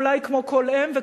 ואולי כמו כל אם,